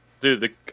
dude